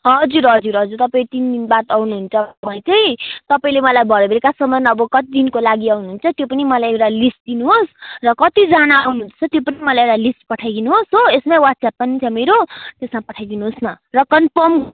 हजुर हजुर हजुर तपाईँ तिन दिन बाद आउनुहुन्छ भने चाहिँ तपाईँले मलाई भरे बेल्कासम्म अब कति दिनको लागि आउनुहुन्छ त्यो पनि मलाई एउटा लिस्ट दिनुहोस् र कतिजना आउनुहुँदैछ त्यो पनि मलाई एउटा लिस्ट पठाइदिनुहोस् हो यस्मै वाट्सएप पनि छ मेरो र यस्मै पठाइदिनुहोस् न र कन्फर्म